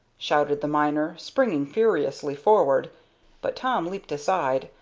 shouted the miner, springing furiously forward but tom leaped aside,